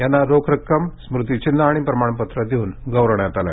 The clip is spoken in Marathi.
यांना रोख रक्कम स्मृतिचिन्ह प्रमाणपत्र देऊन गौरवण्यात आले